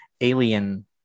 alien